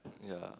ya